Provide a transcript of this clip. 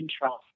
control